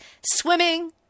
swimming